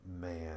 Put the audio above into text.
man